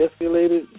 Escalated